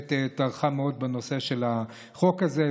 שבאמת טרחה מאוד בנושא של החוק הזה,